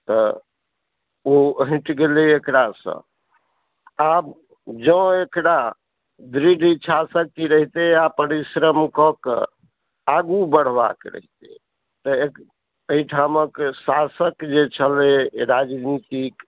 तऽ ओ हटी गेलै एकरासँ आब जौँ एकरा दृढ इच्छा शक्ति रहितै आ परिश्रम कए कऽ आगू बढ़बाक रहितै तऽ एक एहिठामक शासक जे छलै राजनितिक